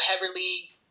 heavily